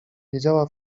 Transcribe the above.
wiedziała